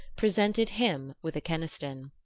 presented him with a keniston.